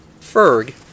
Ferg